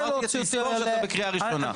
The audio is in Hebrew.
אמרתי שתזכור רק שאתה בקריאה ראשונה.